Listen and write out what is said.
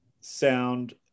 sound